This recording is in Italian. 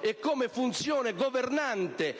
e funzione governante,